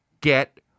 get